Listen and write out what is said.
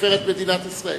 לתפארת מדינת ישראל.